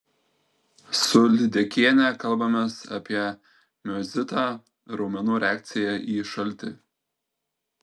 su lydekiene kalbamės apie miozitą raumenų reakciją į šaltį